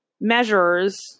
measures